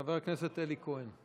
חבר הכנסת אלי כהן,